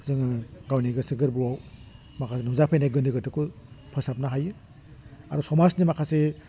जोङो गावनि गोसो गोरबोआव माखासे नुजाफैनाय गोनो गोथोखौ फोसाबनो हायो आरो समाजनि माखासे